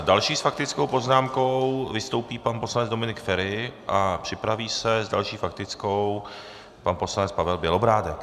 Další s faktickou poznámkou vystoupí pan poslanec Dominik Feri a připraví se s další faktickou pan poslanec Pavel Bělobrádek.